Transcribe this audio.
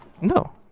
No